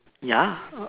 ya